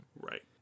Right